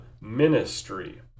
ministry